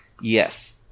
Yes